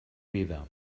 vida